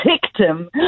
victim